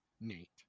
nate